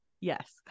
Yes